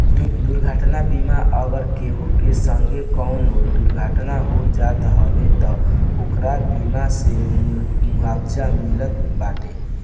दुर्घटना बीमा मे अगर केहू के संगे कवनो दुर्घटना हो जात हवे तअ ओके बीमा से मुआवजा मिलत बाटे